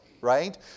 right